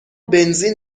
بنزین